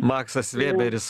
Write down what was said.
maksas vėberis